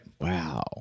Wow